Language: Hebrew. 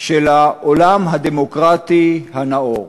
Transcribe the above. של העולם הדמוקרטי הנאור,